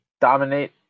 dominate